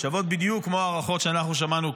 שוות בדיוק כמו הערכות שאנחנו שמענו כאן,